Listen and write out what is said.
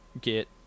get